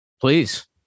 Please